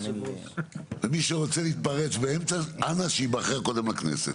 ומי שרוצה להתפרץ באמצע אנא שייבחר קודם לכנסת.